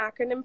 acronym